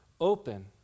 open